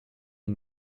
est